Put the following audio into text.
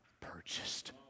purchased